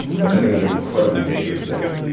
which i think is an incredibly dangerous thing.